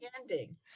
ending